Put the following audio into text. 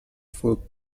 full